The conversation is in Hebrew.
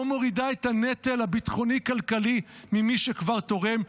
לא מורידה את הנטל הביטחוני-כלכלי ממי שכבר תורם,